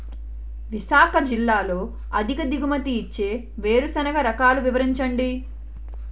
విశాఖ జిల్లాలో అధిక దిగుమతి ఇచ్చే వేరుసెనగ రకాలు వివరించండి?